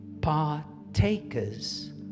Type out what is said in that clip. partakers